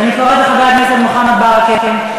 ואני קוראת לחבר הכנסת מוחמד ברכה.